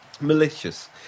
Malicious